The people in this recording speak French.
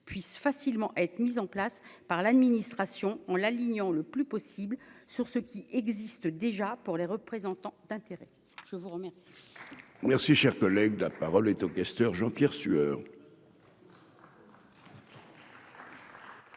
puisse facilement être mis en place par l'administration, on l'alignant le plus possible sur ce qui existe déjà pour les représentants d'intérêts, je vous remercie.